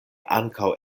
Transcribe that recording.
ankaŭ